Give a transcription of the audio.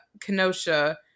Kenosha